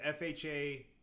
FHA